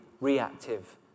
reactive